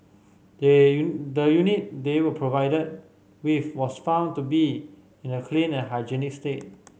they the unit they were provided with was found to be in a clean and hygienic state